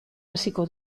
hasiko